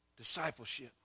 discipleship